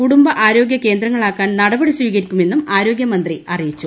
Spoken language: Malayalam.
കുടുംബ ആരോഗ്യ കേന്ദ്രങ്ങളാക്കാൻ നടപടി സ്വീകരിക്കുമെന്നും ആരോഗ്യമന്ത്രി അറിയിച്ചു